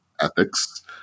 ethics